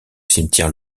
cimetière